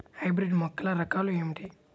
Hybrid మొక్కల రకాలు ఏమిటి?